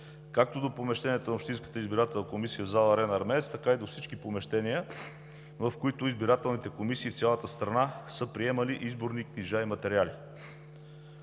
както до помещенията на Общинската избирателна комисия в зала „Арена Армеец“, така и до всички помещения, в които избирателните комисии в цялата страна са приемали изборни книжа и материали.